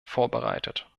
vorbereitet